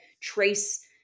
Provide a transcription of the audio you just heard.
trace